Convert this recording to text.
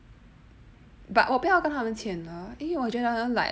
but 我不要跟他们签因为我觉得 like